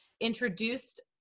introduced